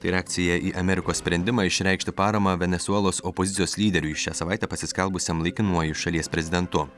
tai reakcija į amerikos sprendimą išreikšti paramą venesuelos opozicijos lyderiui šią savaitę pasiskelbusiam laikinuoju šalies prezidentu